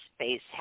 space